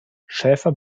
schäfer